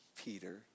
Peter